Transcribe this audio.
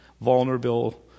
vulnerable